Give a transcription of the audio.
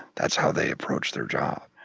that's how they approach their job.